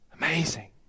Amazing